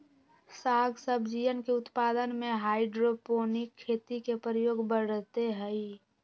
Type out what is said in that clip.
साग सब्जियन के उत्पादन में हाइड्रोपोनिक खेती के प्रयोग बढ़ते हई